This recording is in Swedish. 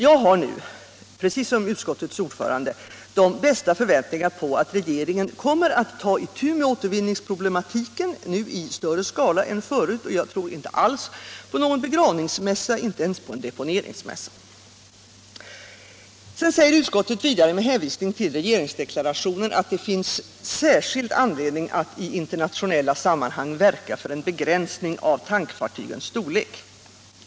Jag har nu, precis som utskottets ordförande, de bästa förväntningar om att regeringen kommer att ta itu med återvinningsproblematiken i större skala än förut, och jag tror inte alls på någon begravningsmässa — inte ens på en deponeringsmässa. Utskottet säger vidare med hänvisning till regeringsdeklarationen att det finns särskild anledning att i internationella sammanhang verka för en begränsning av tankfartygens storlek.